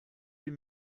huit